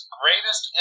greatest